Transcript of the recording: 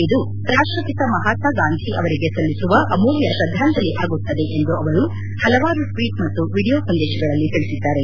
ಇದು ರಾಷ್ಟಪಿತ ಮಹಾತ್ಮಗಾಂಧಿ ಅವರಿಗೆ ಸಲ್ಲಿಸುವ ಅಮೂಲ್ಡ ಶ್ರದ್ದಾಂಜಲಿ ಆಗುತ್ತದೆ ಎಂದು ಅವರು ಪಲವಾರು ಟ್ವೀಟ್ ಮತ್ತು ವಿಡಿಯೋ ಸಂದೇಶಗಳಲ್ಲಿ ತಿಳಿಸಿದ್ದಾರೆ